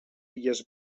illes